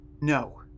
No